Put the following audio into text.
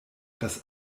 das